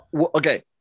Okay